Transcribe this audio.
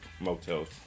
motels